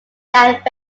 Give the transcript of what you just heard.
that